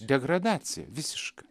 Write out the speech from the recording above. degradacija visiška